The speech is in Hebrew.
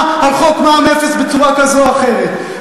על חוק מע"מ אפס בצורה כזו או אחרת.